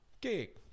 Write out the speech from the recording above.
kick